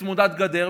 צמודת גדר,